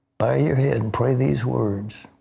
bow your head and pray these words.